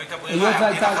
לא הייתה ברירה,